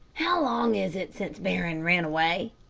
how long is it since barron ran away?